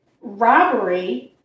robbery